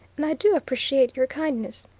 and i do appreciate your kindness.